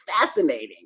fascinating